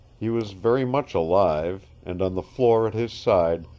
he was very much alive, and on the floor at his side,